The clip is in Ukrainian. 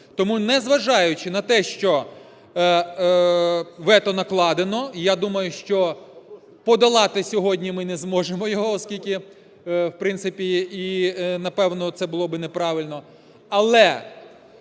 Тому, незважаючи на те, що вето накладено, і я думаю, що подолати сьогодні ми не зможемо його, оскільки, в принципі, і, напевно, це було би неправильно.